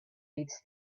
meets